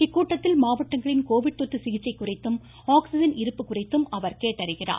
இக்கூட்டத்தில் மாவட்டங்களின் கோவிட் தொற்று சிகிச்சை குறித்தும் ஆக்ஸிஜன் இருப்பு குறித்தும் கேட்டறிகிறார்